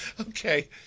Okay